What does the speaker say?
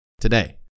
today